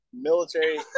military